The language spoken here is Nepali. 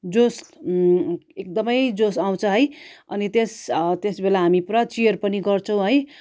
जोस एकदम जोस आउँछ है अनि त्यस त्यस बेला हामी पुरा चियर पनि गर्छौँ है